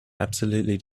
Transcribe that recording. absolutely